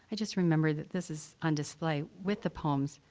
ah just remembered that this is on display, with the poems,